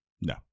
No